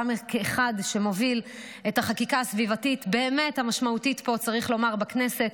גם כאחד שמוביל את החקיקה הסביבתית המשמעותית באמת פה בכנסת,